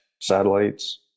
satellites